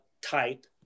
type